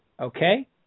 Okay